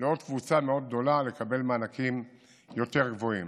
לעוד קבוצה מאוד גדולה לקבל מענקים יותר גבוהים.